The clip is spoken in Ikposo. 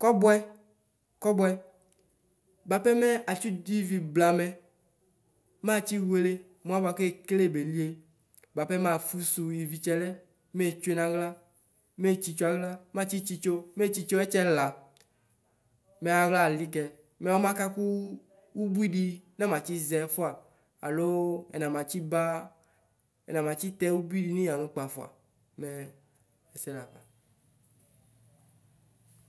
kɔbʋɛ kɔbʋɛ buapɛ, mɛ atsi du ivi blamɛ matsi wele mu alɛ ekele belie buapɛ mafusu ivi tsɛlɛ metsue naɣla metsitso aɣla mɛatsitso metsitso ɛtsɛla, mɛ aɣla alikɛ mɛ ɔmakatʋ ubui di namatsi zɛ fua, alo ɛnɔma tsiba ɛna matsitɛ ubui dinu yanukpa fua, mɛ ɛsɛ lifala.